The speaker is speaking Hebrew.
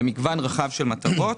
למגוון רחב של מטרות.